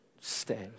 stand